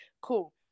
Cool